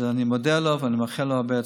אז אני מודה לו ואני מאחל לו הרבה הצלחה.